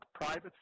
private